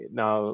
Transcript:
now